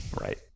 Right